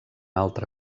altra